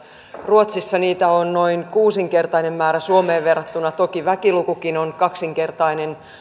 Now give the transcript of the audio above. ruotsissa heitä on noin kuusinkertainen määrä suomeen verrattuna toki väkilukukin on kaksinkertainen